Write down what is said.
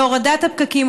והורדת הפקקים,